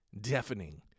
deafening